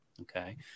Okay